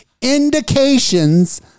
indications